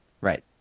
Right